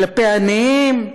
כלפי עניים,